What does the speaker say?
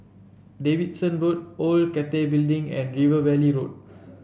Davidson Road Old Cathay Building and River Valley Road